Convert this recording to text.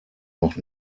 noch